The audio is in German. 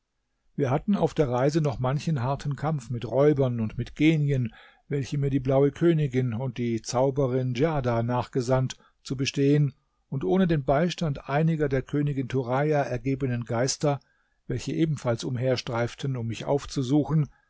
wir hatten auf der reise noch manchen harten kampf mit räubern und mit genien welche mir die blaue königin und die zauberin djarda nachgesandt zu bestehen und ohne den beistand einiger der königin turaja ergebenen geister welche ebenfalls umherstreiften um mich aufzusuchen